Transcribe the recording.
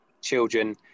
children